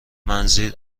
منظورم